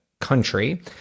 country